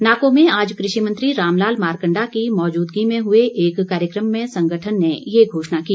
नाको में आज कृषि मंत्री रामलाल मारकण्डा की मौजूदगी में हुए एक कार्यक्रम में संगठन ने ये घोषणा की